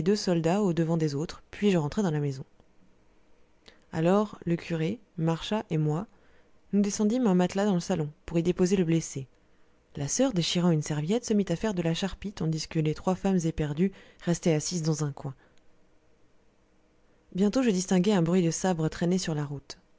soldats au devant des autres puis je rentrai dans la maison alors le curé marchas et moi nous descendîmes un matelas dans le salon pour y déposer le blessé la soeur déchirant une serviette se mit à faire de la charpie tandis que les trois femmes éperdues restaient assises dans un coin bientôt je distinguai un bruit de sabres traînés sur la route